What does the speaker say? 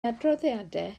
adroddiadau